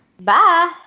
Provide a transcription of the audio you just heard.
Bye